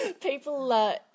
People –